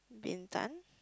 Bintan